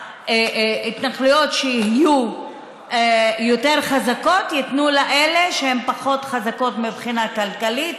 שההתנחלויות שיהיו יותר חזקות ייתנו לאלה שהן פחות חזקות מבחינה כלכלית,